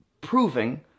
proving